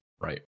right